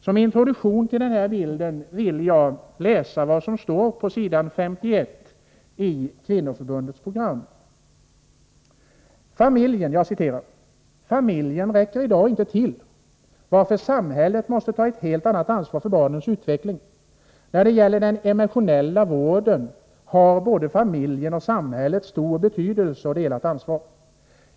Som introduktion till bilden vill jag läsa vad som står på s. 51 i kvinnoförbundets familjepolitiska program: ”Familjen räcker i dag inte till, varför samhället måste ta ett helt annat ansvar för barnens utveckling. När det gäller den emotionella vården har både familjen och samhället en stor betydelse och delat ansvar.